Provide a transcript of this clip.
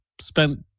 spent